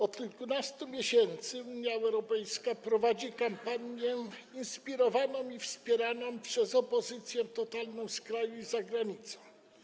Od kilkunastu miesięcy Unia Europejska prowadzi kampanię inspirowaną i wspieraną przez opozycję totalną z kraju i z zagranicy.